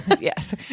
Yes